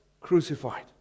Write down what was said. crucified